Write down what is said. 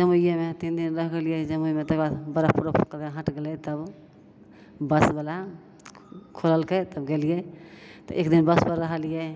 जम्मूएमे तीन दिन रुकलियै जम्मूमे तकर बाद बर्फ रुकि गेलै हटि गेलै तब बसवला खोललकै तब गेलियै तऽ एक दिन बसपर रहलियै